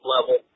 level